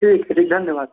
ठीक ठीक धन्यवाद